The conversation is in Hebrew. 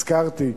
הזכרתי,